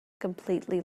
completely